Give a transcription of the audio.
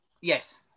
Yes